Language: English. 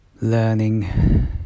learning